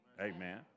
Amen